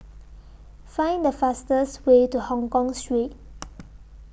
Find The fastest Way to Hongkong Street